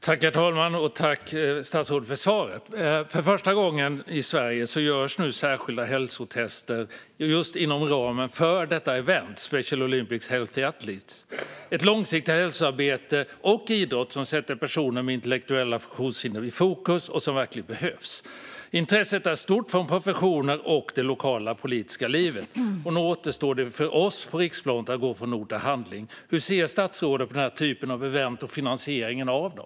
Herr talman! Tack, statsrådet, för svaret! För första gången i Sverige görs nu särskilda hälsotester, Healthy Athletes, just inom ramen för detta event - Special Olympics. Det är ett långsiktigt hälsoarbete och idrott som sätter personer med intellektuella funktionshinder i fokus, som verkligen behövs. Intresset är stort från professionen och det lokala politiska livet. Nu återstår det för oss på riksplanet att gå från ord till handling. Hur ser statsrådet på den här typen av event och finansieringen av dem?